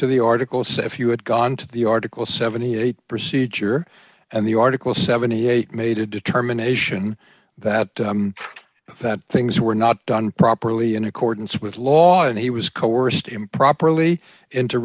to the articles if you had gone to the article seventy eight procedure and the article seventy eight made a determination that that things were not done properly in accordance with law and he was coerced improperly into